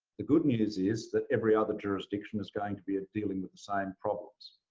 the good news is that every other jurisdiction is going to be dealing with the same problems.